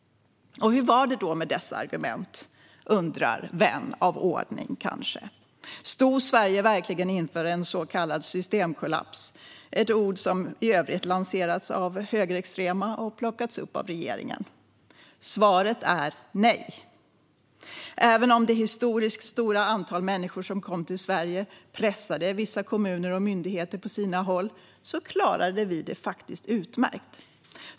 Hur var det då med dessa argument? undrar vän av ordning kanske. Stod Sverige verkligen inför en så kallad systemkollaps? Det är för övrigt ett ord som lanserats av högerextrema och plockats upp av regeringen. Svaret är nej. Även om det historiskt stora antal människor som kom till Sverige pressade vissa kommuner och myndigheter på sina håll klarade vi det faktiskt utmärkt.